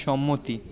সম্মতি